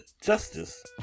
justice